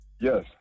Yes